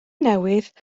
newydd